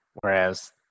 Whereas